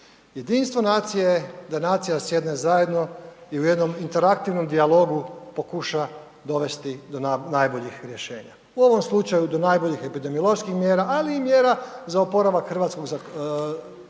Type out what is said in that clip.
Jedinstvo nacije je da nacija sjedne zajedno i u jednom interaktivnom dijalogu pokuša dovesti do najboljih rješenja. U ovom slučaju do najboljih epidemioloških mjera, ali i mjera za oporavak hrvatskog gospodarstva